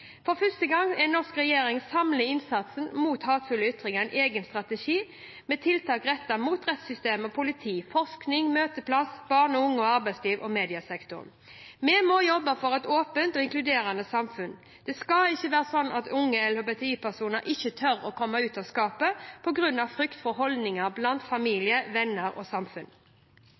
en egen strategi med tiltak rettet mot rettssystem og politi, forskning, møteplasser, barn og unge, arbeidsliv og mediesektoren. Vi må jobbe for et åpent og inkluderende samfunn. Det skal ikke være sånn at unge LHBTI-personer ikke tør å komme ut av skapet på grunn av frykt for holdninger blant familie, venner og